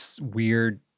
weird –